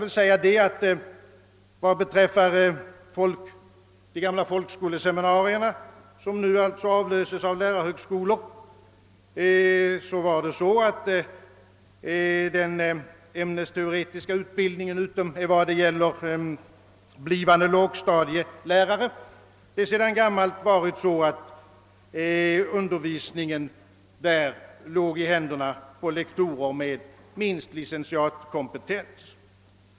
Vid folkskoleseminarierna, som nu avlöses av lärarhögskolor, har den ämnesteoretiska utbildningen, utom vad gäller blivande lågstadielärare, sedan gammalt i princip legat i händerna på lektorer med minst licentiatkompetens.